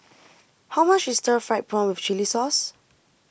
how much is Stir Fried Prawn with Chili Sauce